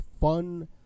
fun